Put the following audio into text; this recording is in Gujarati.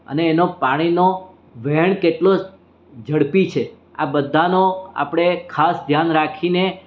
અને એનો પાણીનો વહેણ કેટલો ઝડપી છે આ બધાનો આપણે ખાસ ધ્યાન રાખીને